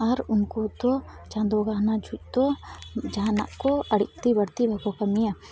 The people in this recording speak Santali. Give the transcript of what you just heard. ᱟᱨ ᱩᱱᱠᱩᱫᱚ ᱪᱟᱸᱫᱳ ᱜᱟᱦᱱᱟ ᱡᱚᱦᱚᱜᱫᱚ ᱡᱟᱦᱟᱱᱟᱜᱠᱚ ᱟᱹᱲᱛᱤ ᱵᱟᱹᱲᱛᱤ ᱵᱟᱠᱚ ᱠᱟᱹᱢᱤᱭᱟ